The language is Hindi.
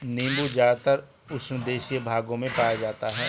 नीबू ज़्यादातर उष्णदेशीय भागों में पाया जाता है